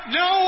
no